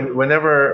whenever